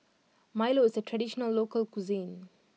Milo is a traditional local cuisine